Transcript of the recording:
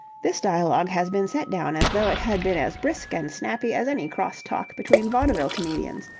this dialogue has been set down as though it had been as brisk and snappy as any cross-talk between vaudeville comedians,